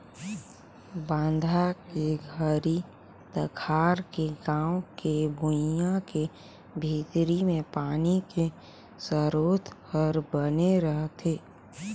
बांधा के घरी तखार के गाँव के भुइंया के भीतरी मे पानी के सरोत हर बने रहथे